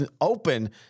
open